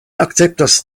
akceptas